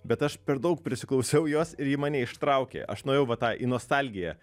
bet aš per daug prisiklausiau jos ir ji mane ištraukė aš nuėjau va tą į nostalgiją